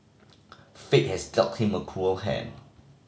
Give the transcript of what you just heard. fate has dealt him a cruel hand